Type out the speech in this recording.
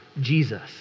Jesus